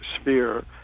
sphere